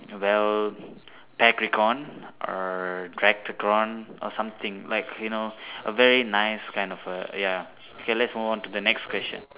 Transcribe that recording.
well petricorn or tracticorn or something like you know a very nice kind of a ya ya okay let's move on to the next question